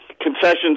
concessions